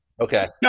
Okay